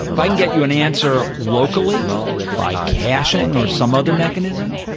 if i can get you an answer locally by caching or some other mechanism,